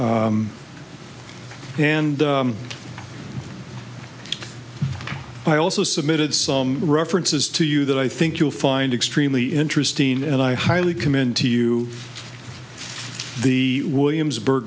and i also submitted some references to you that i think you'll find extremely interesting and i highly commend to you the williamsburg